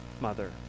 mother